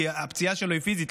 כי הפציעה שלו היא פיזית,